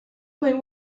might